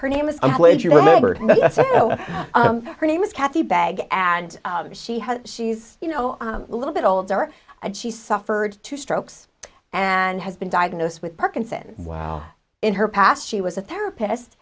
her name is i'm glad you remembered her name is kathy bag and she has she's you know a little bit older and she suffered two strokes and has been diagnosed with parkinson's wow in her past she was a therapist